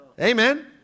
Amen